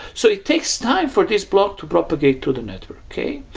so it takes time for this block to propagate to the network, okay?